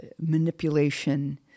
manipulation